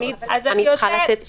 אני צריכה לתת פתרון.